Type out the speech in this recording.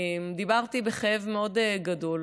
דיברתי בכאב מאוד גדול,